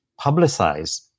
publicize